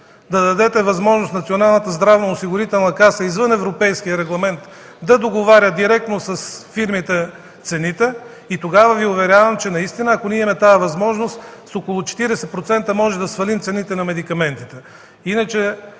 да дадете възможност Националната здравноосигурителна каса извън европейския регламент да договаря директно с фирмите цените. Тогава Ви уверявам, че наистина, ако ние имаме тази възможност, с около 40% можем да свалим цените на медикаментите.